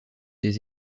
des